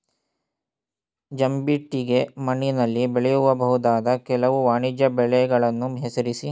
ಜಂಬಿಟ್ಟಿಗೆ ಮಣ್ಣಿನಲ್ಲಿ ಬೆಳೆಯಬಹುದಾದ ಕೆಲವು ವಾಣಿಜ್ಯ ಬೆಳೆಗಳನ್ನು ಹೆಸರಿಸಿ?